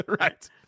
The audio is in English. Right